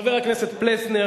חבר הכנסת פלסנר,